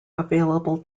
available